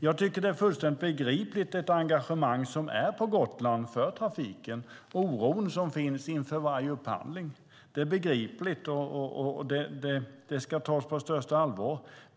Jag tycker att det engagemang för trafiken som finns på Gotland är fullständigt begripligt, den oro som finns inför varje upphandling. Det är begripligt och ska tas på största allvar.